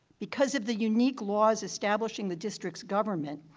because of the unique laws establishing the district's government,